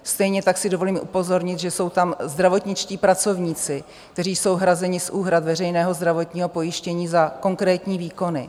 Stejně tak si dovolím upozornit, že jsou tam zdravotničtí pracovníci, kteří jsou hrazeni z úhrad veřejného zdravotního pojištění za konkrétní výkony.